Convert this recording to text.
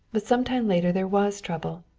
but sometime later there was trouble.